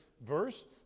verse